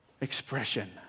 expression